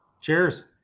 Cheers